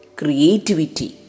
creativity